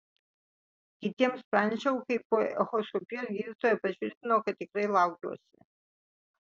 kitiems pranešiau kai po echoskopijos gydytoja patvirtino kad tikrai laukiuosi